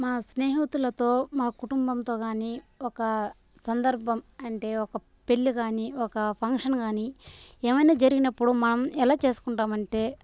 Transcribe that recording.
మా స్నేహితులతో మా కుటుంబంతో గానీ ఒక సందర్భం అంటే ఒక పెళ్ళి గానీ ఒక ఫంక్షన్ గానీ ఏమైన జరిగినప్పుడు మనం ఎలా చేస్కుంటామంటే